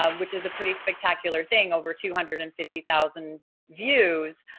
um which is a pretty spectacular thing, over two hundred and fifty thousand views.